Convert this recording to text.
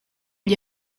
gli